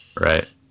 Right